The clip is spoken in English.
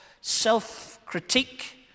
self-critique